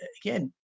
again